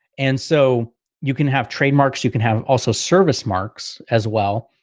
and so you can have trademarks, you can have also service marks as well.